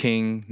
King